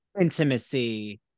intimacy